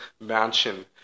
mansion